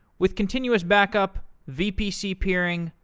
with continuous back-up, vpc peering,